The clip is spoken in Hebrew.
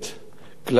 כלל-מערכתית,